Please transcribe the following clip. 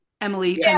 emily